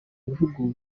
bihugu